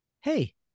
Hey